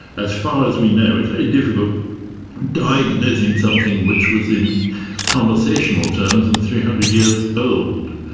as far as we know it's very difficult diagnosing something which was in conversational terms and three hundred years old.